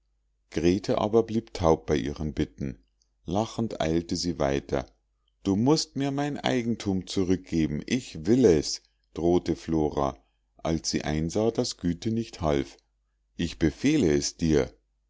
grete aber blieb taub bei ihren bitten lachend eilte sie weiter du mußt mir mein eigentum zurückgeben ich will es drohte flora als sie einsah daß güte nicht half ich befehle es dir